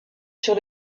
sur